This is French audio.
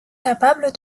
capable